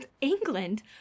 England